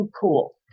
cool